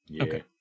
okay